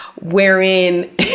Wherein